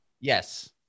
Yes